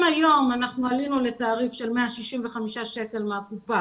אם היום עלינו לתעריף של 165 שקלים מהקופה